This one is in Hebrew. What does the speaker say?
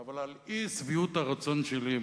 אבל על אי-שביעות הרצון שלי.